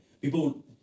people